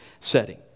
setting